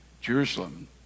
Jerusalem